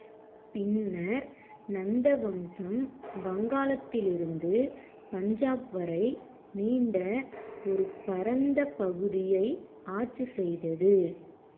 பின்னர் நந்த வம்சம் வங்காளத்திலிருந்து பஞ்சாப் வரை நீண்ட ஒரு பரந்த பகுதியை ஆட்சி செய்தது